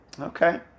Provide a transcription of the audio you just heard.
Okay